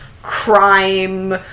crime